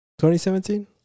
2017